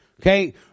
Okay